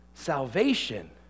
salvation